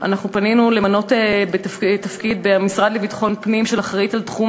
אנחנו פנינו כדי למנות במשרד לביטחון פנים אחראית לתחום